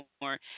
more